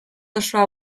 osoa